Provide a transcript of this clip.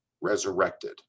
resurrected